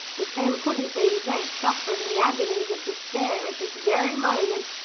if them puddin'-thieves ain't sufferin the agonies of despair at this very moment,